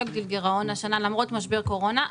הגדיל גירעון השנה למרות משבר קורונה,